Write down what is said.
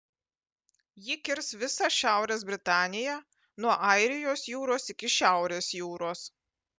ji kirs visą šiaurės britaniją nuo airijos jūros iki šiaurės jūros